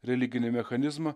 religinį mechanizmą